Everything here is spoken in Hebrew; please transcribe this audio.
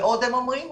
ועוד הם אומרים: